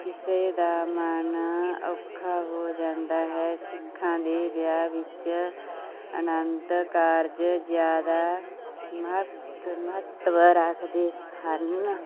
ਕਿਸੇ ਦਾ ਮਨ ਔਖਾ ਹੋ ਜਾਂਦਾ ਹੈ ਸਿੱਖਾਂ ਦੇ ਵਿਆਹ ਵਿੱਚ ਅਨੰਦ ਕਾਰਜ ਜ਼ਿਆਦਾ ਮਹੱਤਵ ਮਹੱਤਵ ਰੱਖਦੇ ਹਨ